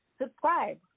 Subscribe